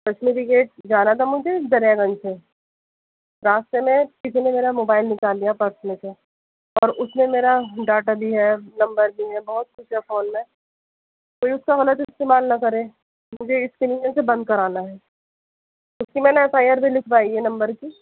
Kashmiri gate جانا تھا مجھے دریا گنج سے راستے میں کسی نے میرا موبائل نکال لیا پرس میں سے اور اس میں میرا ڈاٹا بھی ہے نمبر بھی ہیں بہت کچھ ہے فون میں کوئی اس کا غلط استعمال نہ کرے مجھے اسی لیے اسے بند کرانا ہے اس کی میں نے ایف آئی آر بھی لکھوائی ہے نمبر کی